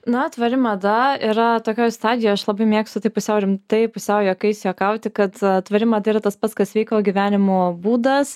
na tvari mada yra tokioj stadijoj aš labai mėgstu taip pusiau rimtai pusiau juokais juokauti kad tvari mada yra tas pats kas sveiko gyvenimo būdas